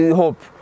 hope